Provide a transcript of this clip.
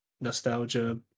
nostalgia